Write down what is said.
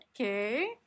okay